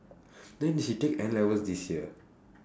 then she take N levels this year